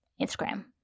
Instagram